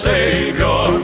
Savior